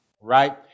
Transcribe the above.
right